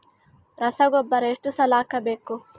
ರಸಗೊಬ್ಬರ ಎಷ್ಟು ಸಲ ಹಾಕಬೇಕು?